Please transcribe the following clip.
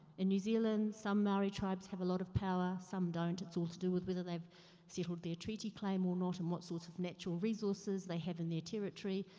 in new zealand, some maori tribes have a lot of power some don't, it's all to do with whether they've settled their treaty claim or not, and what sorts of natural resources they have in their territory.